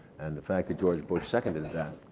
and the fact that george bush seconded that.